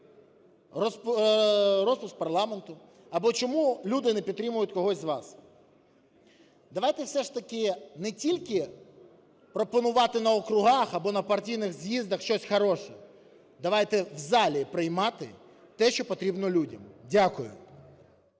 розпуск парламенту або чому люди не підтримують когось із вас. Давайте все ж таки не тільки пропонувати на округах або на партійних з'їздах щось хороше, давайте в залі приймати те, що потрібно людям. Дякую.